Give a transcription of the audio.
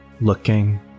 Looking